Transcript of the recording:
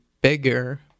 bigger